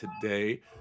today